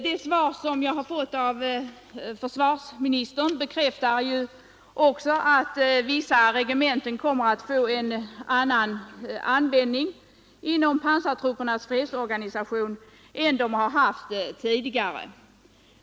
Det svar som jag har fått av försvarsministern bekräftar att vissa regementen kommer att få en annan användning inom pansartruppernas fredsorganisation än de haft tidigare.